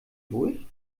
durch